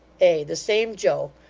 ay, the same joe,